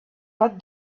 but